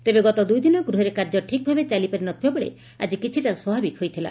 ତେବେ ଗତ ଦୁଇଦିନ ଗୃହରେ କାର୍ଯ୍ୟ ଠିକ୍ଭାବେ ଚାଲିପାରିନଥିବାବେଳେ ଆଜି କିଛିଟା ସ୍ୱାଭାବିକ ହୋଇଥିଲା